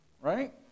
right